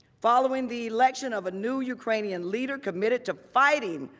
following the election of a new ukrainian leader committed to fighting,